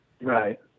right